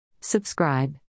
subscribe